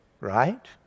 right